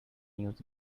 news